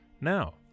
Now